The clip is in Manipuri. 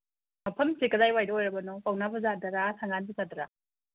ꯃꯐꯝꯁꯦ ꯀꯗꯥꯏꯋꯥꯏꯗ ꯑꯣꯏꯔꯕꯅꯣ ꯄꯧꯅꯥ ꯕꯖꯥꯔꯗꯔꯥ ꯊꯪꯒꯥꯜ ꯕꯖꯥꯔꯗꯔꯥ